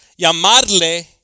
Llamarle